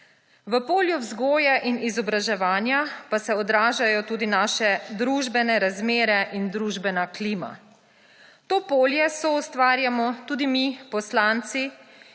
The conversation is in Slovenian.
Na polju vzgoje in izobraževanja pa se odražajo tudi naše družbene razmere in družbena klima. To polje soustvarjamo tudi mi poslanci